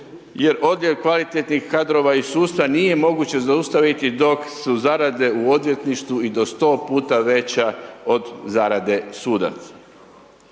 jer odljev kvalitetnih kadrova iz sudstva nije moguće zaustaviti dok su zarade u odvjetništvu i do 100 puta veća od zarade sudaca.